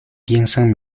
piensan